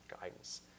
guidance